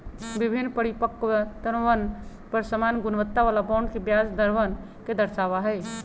विभिन्न परिपक्वतवन पर समान गुणवत्ता वाला बॉन्ड के ब्याज दरवन के दर्शावा हई